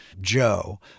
Joe